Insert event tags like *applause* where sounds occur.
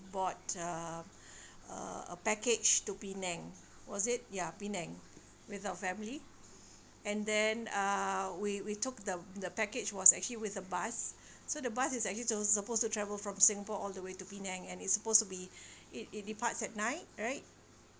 bought uh *breath* uh a package to penang was it ya penang with our family and then uh we we took the the package was actually with a bus *breath* so the bus is actually su~ supposed to travel from singapore all the way to penang and it's supposed to be *breath* it it departs at night right